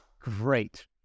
great